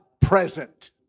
present